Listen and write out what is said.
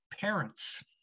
parents